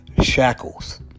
shackles